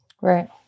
Right